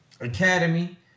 Academy